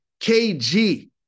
KG